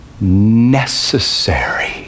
necessary